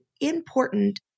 important